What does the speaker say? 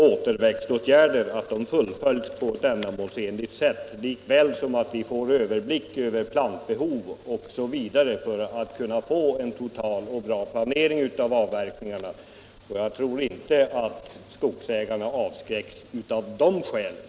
Dessa åtgärder måste fullföljas på ett ändamålsenligt sätt, och vi måste ha överblick över plantbehov osv. för att kunna få en total och bra planering av avverkningarna. Och jag tror inte att skogsägarna avskräcks av de skälen.